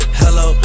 hello